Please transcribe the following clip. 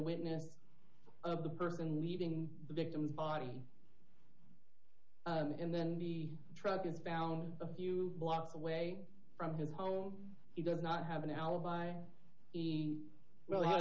witness of the perp and leaving the victim's body and then the truck been found a few blocks away from his home he does not have an alibi well